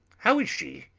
how is she?